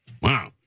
Wow